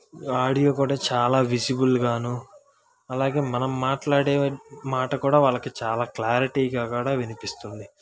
audio కూడా చాలా విసిబుల్గాను అలాగే మనం మాట్లాడే మాట కూడా వాళ్ళకి చాలా క్లారిటీగా కూడా వినిపిస్తుంది